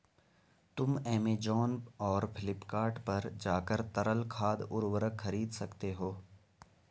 तुम ऐमेज़ॉन और फ्लिपकार्ट पर जाकर तरल खाद उर्वरक खरीद सकते हो